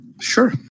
Sure